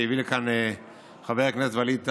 שהביא לכאן חבר הכנסת ווליד טאהא,